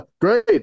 Great